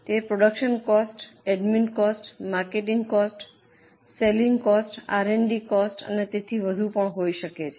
તે production cost admin cost marketing cost selling cost R and D cost અને તેથી વધુ હોઈ શકે છે